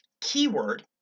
Keyword